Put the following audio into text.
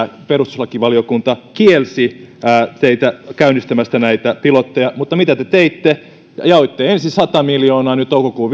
perustuslakivaliokunta kielsi teitä käynnistämästä näitä pilotteja mutta mitä te teitte jaoitte ensin sata miljoonaa toukokuun